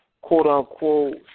quote-unquote